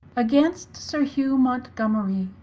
against sir hugh mountgomerye,